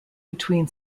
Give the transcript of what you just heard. between